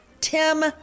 Tim